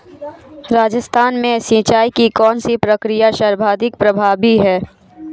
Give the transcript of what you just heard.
राजस्थान में सिंचाई की कौनसी प्रक्रिया सर्वाधिक प्रभावी है?